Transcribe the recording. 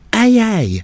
AA